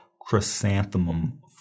chrysanthemum